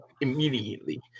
immediately